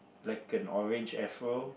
like an orange afro